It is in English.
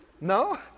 No